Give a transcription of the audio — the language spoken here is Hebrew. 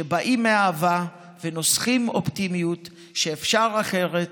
שבאים מאהבה ונוסכים אופטימיות שאפשר אחרת,